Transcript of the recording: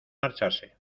marcharse